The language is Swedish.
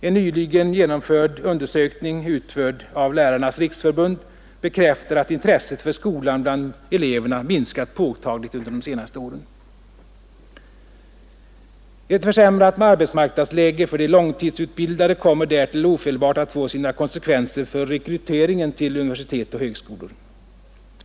En undersökning som nyligen utförts av Lärarnas riksförbund bekräftar att intresset för skolan bland eleverna minskat påtagligt under de senaste åren. Ett försämrat arbetsmarknadsläge för de långtidsutbildade kommer därtill ofelbart att få sina konsekvenser för rekryteringen till universitet och högskolor.